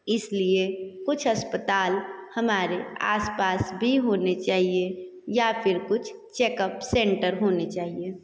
इसलिए कुछ अस्पताल हमारे आस पास भी होने चाहिए या फिर कुछ चेकअप सेंटर होने चाहिए